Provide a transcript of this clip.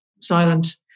silent